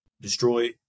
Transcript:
destroy